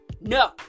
no